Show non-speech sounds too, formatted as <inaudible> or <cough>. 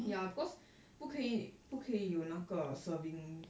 ya cause <breath> 不可以不可以有那个 serving